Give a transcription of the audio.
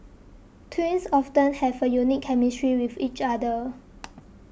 twins often have a unique chemistry with each other